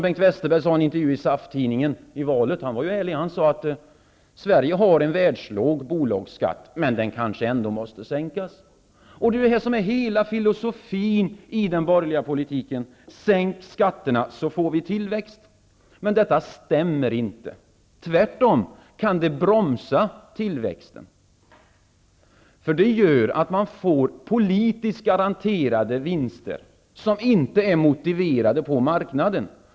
Bengt Westerberg sade i en intervju i SAF tidningen under valrörelsen att Sverige har en världslåg bolagsskatt, men att den kanske ändå måste sänkas. Hela filosofin i den borgerliga politiken är att sänka skatterna så att det blir tillväxt. Men det stämmer inte. Tvärtom, tillväxten kan bromsas. Det här gör att man får politiskt garanterade vinster, som inte är motiverade på marknaden.